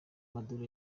maduro